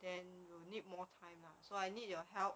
then will need more time lah so I need your help